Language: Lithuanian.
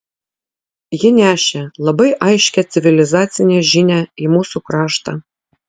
ji nešė labai aiškią civilizacinę žinią į mūsų kraštą